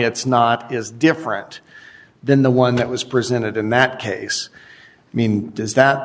it's not is different than the one that was presented in that case i mean does that